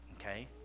Okay